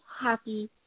happy